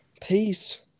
Peace